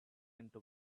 into